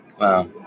Wow